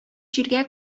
җиргә